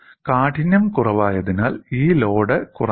കാഠിന്യം കുറവായതിനാൽ ഈ ലോഡ് കുറഞ്ഞു